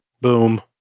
Boom